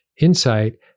insight